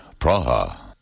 Praha